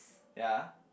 ya